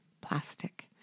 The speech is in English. plastic